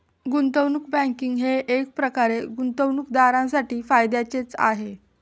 गुंतवणूक बँकिंग हे एकप्रकारे गुंतवणूकदारांसाठी फायद्याचेच आहे